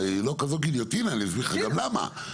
לא כזו גיליוטינה ואני אסביר לך גם למה,